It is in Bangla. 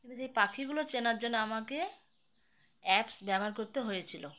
কিন্তু সেই পাখিগুলো চেনার জন্য আমাকে অ্যাপস ব্যবহার করতে হয়েছিল